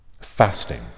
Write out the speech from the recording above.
Fasting